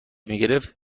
میگرفت